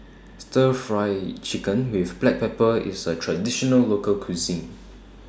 Stir Fry Chicken with Black Pepper IS A Traditional Local Cuisine